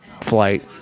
flight